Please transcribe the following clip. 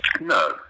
no